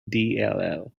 dll